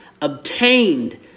obtained